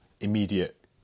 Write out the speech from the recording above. immediate